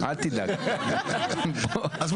אני מפחד אבל שאתה תגיד מה שאני אומר.